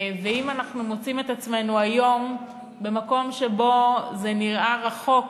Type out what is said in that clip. ואם אנחנו מוצאים את עצמנו היום במקום שבו זה נראה רחוק עבור,